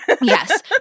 Yes